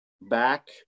back